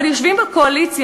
אבל יושבים בקואליציה,